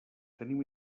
tenim